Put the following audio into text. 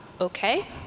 okay